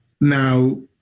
now